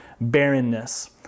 barrenness